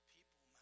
People